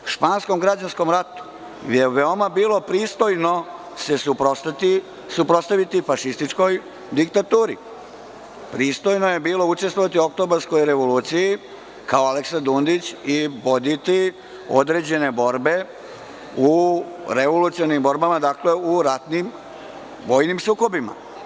U španskom građanskom ratu je veoma bilo pristojno se suprotstaviti fašističkoj diktaturi, pristojno je bilo učestvovati u Oktobarskoj revoluciji, kao Aleksa Dundić i voditi određene borbe u revolucionarnim borbama, u ratnim vojnim sukobima.